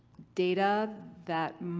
data that,